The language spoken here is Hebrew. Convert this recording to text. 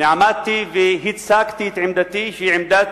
עמדתי והצגתי את עמדתי, שהיא עמדת